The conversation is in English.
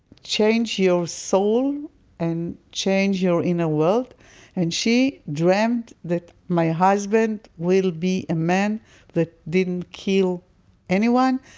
change your soul and change your inner world and she dreamt that my husband will be a man that didn't kill anyone.